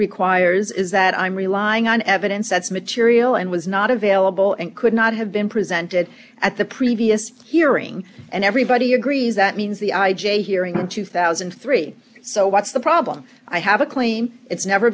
requires is that i'm relying on evidence that's material and was not available and could not have been presented at the previous hearing and everybody agrees that means the i j a hearing in two thousand and three so what's the problem i have a claim it's never